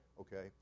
Okay